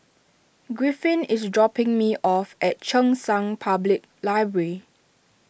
Griffin is dropping me off at Cheng San Public Library